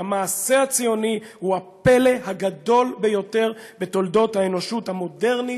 עשו את המעשה המופלא ביותר בתולדות האנושות המודרנית,